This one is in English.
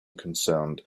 concerned